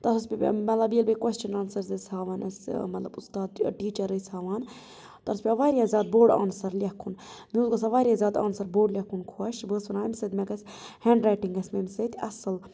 مطلب ییٚلہِ بیٚیہِ کوسچن آنسٲرٕس أسۍ ہاوان اسہِ مطلب اُستاد یا ٹیچر ٲسۍ ہاوان تتھ اوس پیٚوان واریاہ زیادٕ بوٚڑ آنسر لیٚکھُن بیٚیہِ اوس گژھان واریاہ زیادٕ آنسر بوٚڑ لیٚکھن خۄش بہٕ ٲسس وَنان امہِ سۭتۍ مےٚ گژھہِ ہینڑ رایٹنٛگ گَژھہِ مےٚ امہِ سۭتۍ اصٕل